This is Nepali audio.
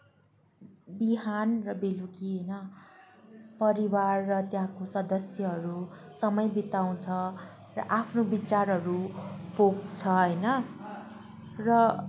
बिहान र बेलुकी होइन परिवार र त्यहाँका सदस्यहरू समय बिताउँछ र आफ्नो विचारहरू पोख्छ होइन र